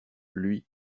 lui